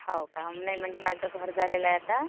हो का नाही म्हणजे माझं घर झालेलं आहे आता